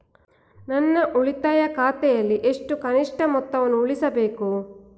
ನನ್ನ ಉಳಿತಾಯ ಖಾತೆಯಲ್ಲಿ ಎಷ್ಟು ಕನಿಷ್ಠ ಮೊತ್ತವನ್ನು ಉಳಿಸಬೇಕು?